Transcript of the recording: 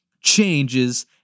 changes